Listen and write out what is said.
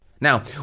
now